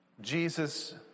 Jesus